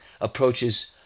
approaches